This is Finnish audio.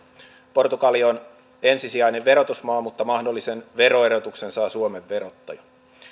portugali on ensisijainen verotusmaa mutta mahdollisen veroerotuksen saa suomen verottaja